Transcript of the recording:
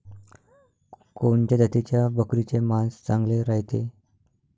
कोनच्या जातीच्या बकरीचे मांस चांगले रायते?